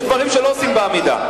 יש דברים שלא עושים בעמידה.